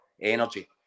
energy